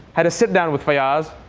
had a sit-down with fayaz,